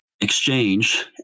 exchange